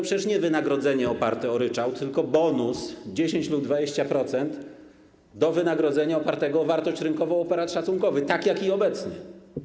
Przecież nie wynagrodzenia oparte na ryczałcie, tylko bonus 10 lub 20% do wynagrodzenia opartego na wartości rynkowej, operat szacunkowy, tak jak i obecnie.